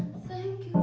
thank